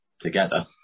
together